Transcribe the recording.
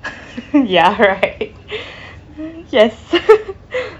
ya !huh! yes